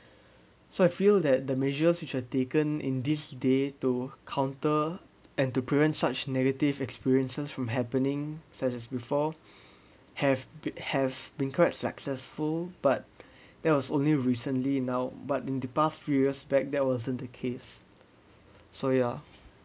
so I feel that the measures which are taken in this day to counter and to prevent such negative experiences from happening such as before have have been correct successful but that was only recently now but in the past few years back that wasn't the case so ya